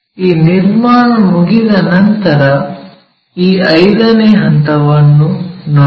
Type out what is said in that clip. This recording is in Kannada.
ಈ ನಿರ್ಮಾಣ ಮುಗಿದ ನಂತರ ಈ 5 ನೇ ಹಂತವನ್ನು ನೋಡಿ